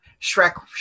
Shrek